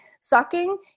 Sucking